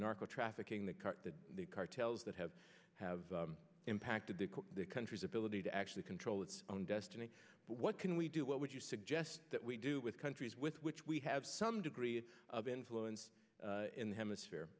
narco trafficking the cartels that have have impacted their country's ability to actually control its own destiny but what can we do what would you suggest that we do with countries with which we have some degree of influence in the hemisphere